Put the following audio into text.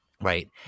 right